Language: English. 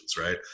right